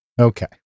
Okay